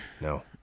No